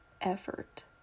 effort